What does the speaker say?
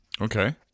Okay